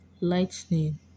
lightning